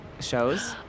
shows